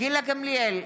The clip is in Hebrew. גילה גמליאל,